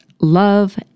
Love